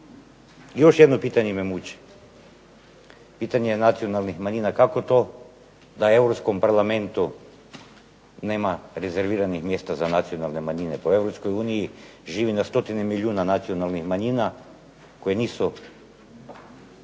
Još jedno pitanje me muči. Pitanje nacionalnih manjina, kako to da u Europskom parlamentu nema rezerviranih mjesta za nacionalne manjine. Po Europskoj uniji živi na stotine milijuna nacionalnih manjina koje nisu